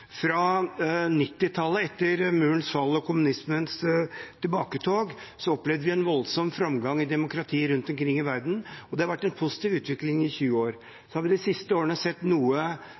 Fra 1990-tallet, etter Murens fall og kommunismens tilbaketog, opplevde vi en voldsom framgang i demokratiet rundt omkring i verden, og det har vært en positiv utvikling i 20 år. Så har vi de siste årene sett noe